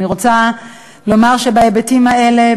אני רוצה לומר שבהיבטים האלה,